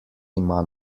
ima